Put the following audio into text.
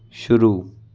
शुरू